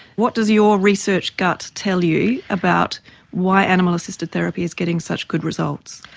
what does your research gut tell you about why animal assisted therapy is getting such good results?